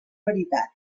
veritat